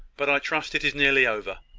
but i trust it is nearly over.